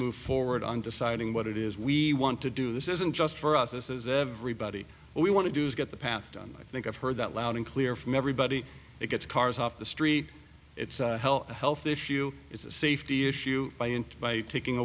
move forward on deciding what it is we want to do this isn't just for us as everybody we want to do is get the path done i think i've heard that loud and clear from everybody it gets cars off the street it's hell a health issue it's a safety issue by and by taking